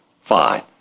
Fine